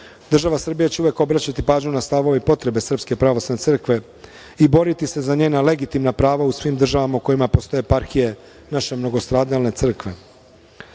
Država Srbija će uvek obraćati pažnju na stavove i potrebe SPC i boriti se za njega legitimna prava u svim državama u kojima postoje eparhije naše mnogostradalne crkve. Kao